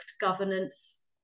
governance